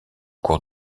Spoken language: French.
cours